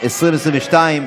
לא שנייה.